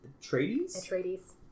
Atreides